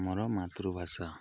ଆମର ମାତୃଭାଷା